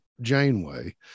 janeway